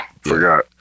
Forgot